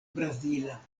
brazila